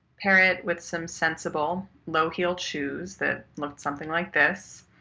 pair it with some sensible, low heeled-shoes that looked something like this,